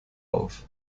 auf